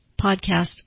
podcast